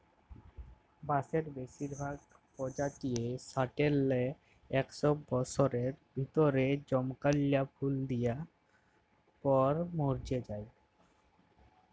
বাঁসের বেসিরভাগ পজাতিয়েই সাট্যের লে একস বসরের ভিতরে জমকাল্যা ফুল দিয়ার পর মর্যে যায়